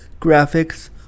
graphics